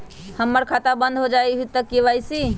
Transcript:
हमर खाता बंद होजाई न हुई त के.वाई.सी?